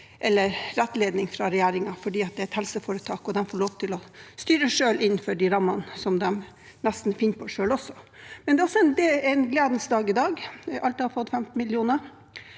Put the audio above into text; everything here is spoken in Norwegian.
eller rettledning fra regjeringen, fordi det er et helseforetak, og de får lov til å styre selv innenfor de rammene som de nesten finner på selv. Men det er også en gledens dag i dag. Alta har fått 15 mill. kr.